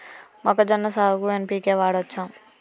మొక్కజొన్న సాగుకు ఎన్.పి.కే వాడచ్చా?